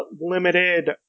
limited